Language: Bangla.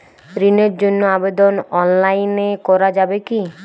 ঋণের জন্য আবেদন অনলাইনে করা যাবে কি?